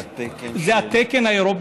זה התקן של, זה התקן האירופי.